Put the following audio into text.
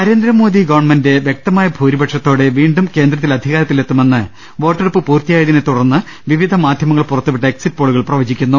Narendra Modi government വ്യക്തമായ ഭൂരിപക്ഷത്തോടെ വീണ്ടും കേന്ദ്രത്തിൽ അധികാരത്തിലെത്തുമെന്ന് വോട്ടെടുപ്പ് പൂർത്തിയായതിനെ തുടർന്ന് വിവിധ മാധ്യമങ്ങൾ പുറത്തുവിട്ട എക്സിറ്റ് പോളുകൾ പ്രവചിക്കുന്നു